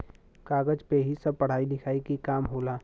कागज पे ही सब पढ़ाई लिखाई के काम होला